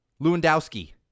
Lewandowski